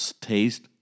taste